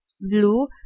Blue